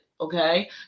okay